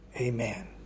amen